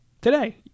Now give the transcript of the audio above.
Today